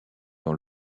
dans